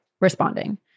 responding